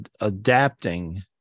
adapting